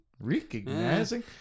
Recognizing